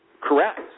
Correct